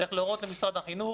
צריך להורות למשרד החינוך,